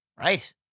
Right